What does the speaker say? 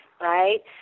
right